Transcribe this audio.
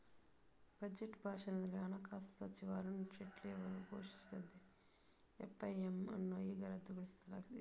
budget ಭಾಷಣದಲ್ಲಿ ಹಣಕಾಸು ಸಚಿವ ಅರುಣ್ ಜೇಟ್ಲಿ ಅವರು ಘೋಷಿಸಿದಂತೆ ಎಫ್.ಐ.ಪಿ.ಎಮ್ ಅನ್ನು ಈಗ ರದ್ದುಗೊಳಿಸಲಾಗಿದೆ